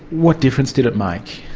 what difference did it make?